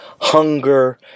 hunger